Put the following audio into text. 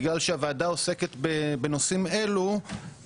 בגלל שהוועדה עוסקת בנושאים אלו,